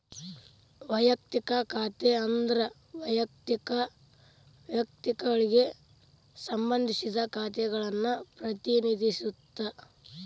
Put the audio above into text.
ವಯಕ್ತಿಕ ಖಾತೆ ಅಂದ್ರ ವಯಕ್ತಿಕ ವ್ಯಕ್ತಿಗಳಿಗೆ ಸಂಬಂಧಿಸಿದ ಖಾತೆಗಳನ್ನ ಪ್ರತಿನಿಧಿಸುತ್ತ